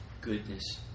goodness